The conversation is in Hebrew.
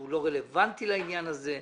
הוא לא רלוונטי לעניין הזה,